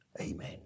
Amen